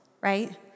right